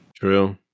True